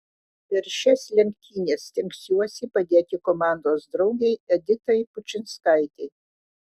per šias lenktynes stengsiuosi padėti komandos draugei editai pučinskaitei